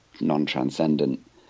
non-transcendent